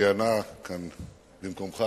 שכיהנה כאן במקומך,